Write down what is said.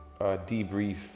debrief